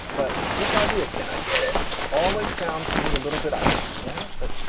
but this idea can i get it always sounds to me a little bit. i hate to say it, but,